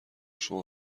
شما